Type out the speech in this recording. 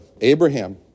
Abraham